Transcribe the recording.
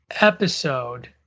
episode